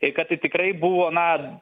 ir kad tikrai buvo na